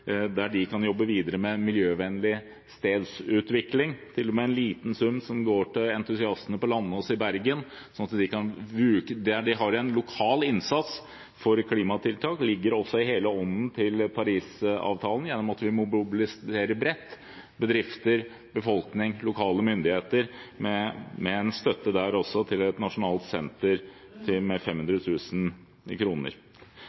der de kan jobbe videre med miljøvennlig stedsutvikling. Vi har til og med en liten sum som går til entusiastene på Landås i Bergen, som har en lokal innsats for klimatiltak, og gir dem en støtte på 500 000 kr til et nasjonalt senter. Det ligger også i hele ånden til Paris-avtalen, gjennom at vi må mobilisere bredt – bedrifter, befolkning, lokale myndigheter.